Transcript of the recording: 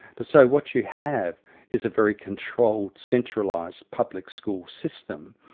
but so what you have is a very controlled, centralised public school system.